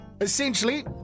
Essentially